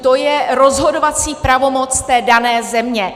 To je rozhodovací pravomoc té dané země.